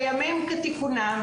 בימים כתיקונם,